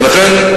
ולכן,